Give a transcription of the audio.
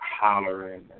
hollering